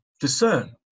discern